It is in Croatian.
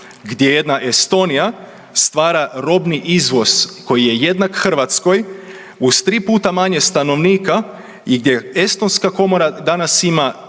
gdje jedna Estonija stvara robni izvoz koji je jednak Hrvatskoj uz tri puta manje stanovnika i gdje estonska komora danas ima